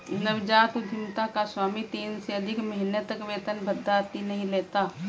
नवजात उधमिता का स्वामी तीन से अधिक महीने तक वेतन भत्ता आदि नहीं लेता है